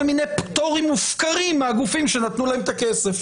מיני פטורים מופקרים מהגופים שנתנו להם את הכסף.